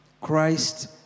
Christ